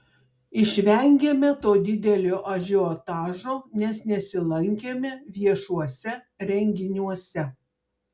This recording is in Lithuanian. išvengėme to didelio ažiotažo nes nesilankėme viešuose renginiuose